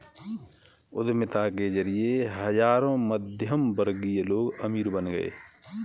उद्यमिता के जरिए हजारों मध्यमवर्गीय लोग अमीर बन गए